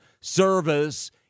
service